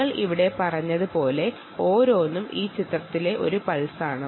ഞങ്ങൾ ഇവിടെ പറഞ്ഞത് പോലെ ഓരോന്നും ഈ ചിത്രത്തിലെ ഒരു പൾസാണ്